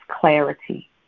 clarity